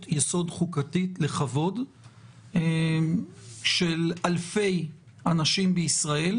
יסוד חוקתית לכבוד של אלפי אנשים בישראל,